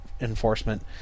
enforcement